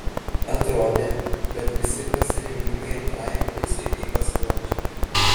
atrodė kad visi pasirengimai antrajam reisui vyko sklandžiai